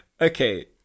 Okay